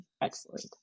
excellent